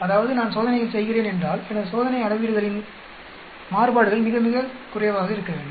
அதாவதுநான் சோதனைகள் செய்கிறேன் என்றால்எனது சோதனை அளவீடுகளின் மாறுபாடுகள் மிக மிக மிகக் குறைவாக இருக்க வேண்டும்